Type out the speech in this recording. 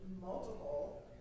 multiple